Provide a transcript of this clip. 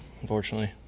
unfortunately